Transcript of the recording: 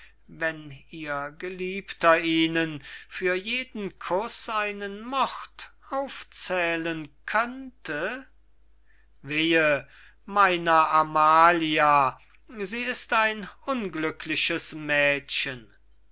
wenn ihr geliebter ihnen für jeden kuß einen mord aufzählen könnte wehe meiner amalia sie ist ein unglückliches mädchen